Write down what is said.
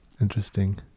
Interesting